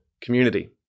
community